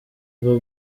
bwo